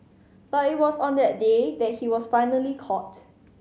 but it was on that day that he was finally caught